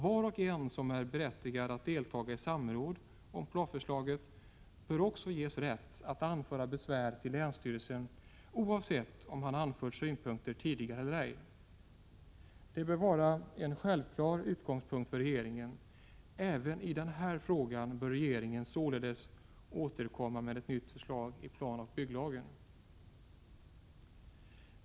Var och en som är berättigad att delta i samråd om planförslaget bör också ges rätt att anföra besvär till länsstyrelsen, oavsett om han anfört synpunkter tidigare eller ej. Detta bör vara en självklar utgångspunkt för regeringen. Även i den här frågan bör regeringen således återkomma med ett nytt förslag i planoch bygglagen.